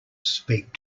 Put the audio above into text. speak